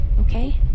okay